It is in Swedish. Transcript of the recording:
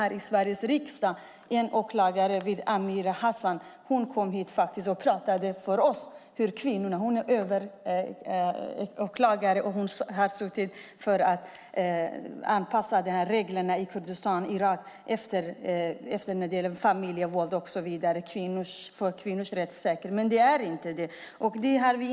Hit till Sveriges riksdag har en åklagare vid namn Amira Hassan kommit och pratat för oss om att anpassa reglerna i Kurdistan och Irak när det gäller familjevåld, kvinnors rättssäkerhet och så vidare. Det är inte rättssäkert nu.